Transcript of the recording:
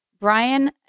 Brian